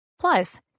Plus